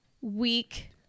week